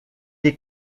est